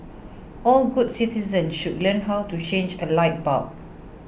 all good citizens should learn how to change a light bulb